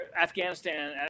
Afghanistan